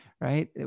right